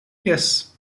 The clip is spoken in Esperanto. jes